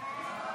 להעביר